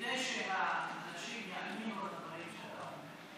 כדי שאנשים יאמינו לדברים שאתה אומר,